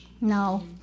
No